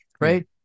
right